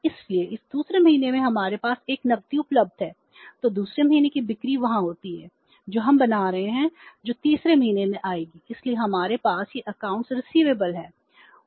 इसलिए इस दूसरे महीने में हमारे पास एक नकदी उपलब्ध है तो दूसरे महीने की बिक्री वहां होती है जो हम बना रहे हैं जो तीसरे महीने में आएगी इसलिए हमारे पास वह खाते प्राप्य हैं